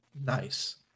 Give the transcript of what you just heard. nice